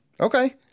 Okay